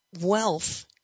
wealth